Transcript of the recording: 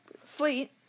fleet